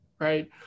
right